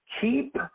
keep